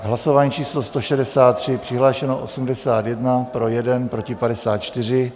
Hlasování číslo 163, přihlášeno 81, pro 1, proti 54.